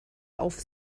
auf